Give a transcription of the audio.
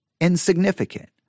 insignificant